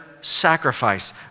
sacrifice